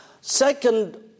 Second